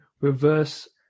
reverse